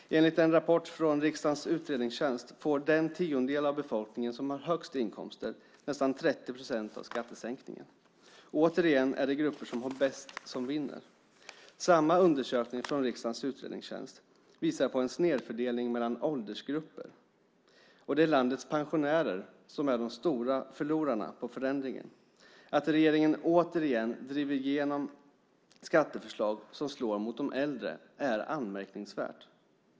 Enligt en rapport från riksdagens utredningstjänst får den tiondel av befolkningen som har högst inkomster nästan 30 procent av skattesänkningen. Återigen är det de grupper som har det bäst som vinner. Samma undersökning från riksdagens utredningstjänst visar på en snedfördelning mellan åldersgrupper. Och det är landets pensionärer som är de stora förlorarna på förändringen. Att regeringen återigen driver igenom skatteförslag som slår mot de äldre är anmärkningsvärt.